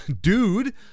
Dude